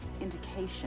indication